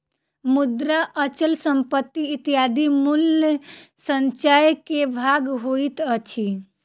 मुद्रा, अचल संपत्ति इत्यादि मूल्य संचय के भाग होइत अछि